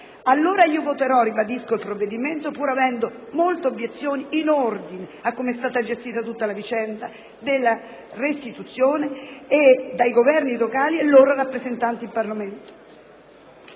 perciò che voterò il provvedimento, pur avendo molte obiezioni in ordine a come è stata gestita tutta la vicenda della restituzione dai governi locali e dai loro rappresentanti in Parlamento.